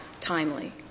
timely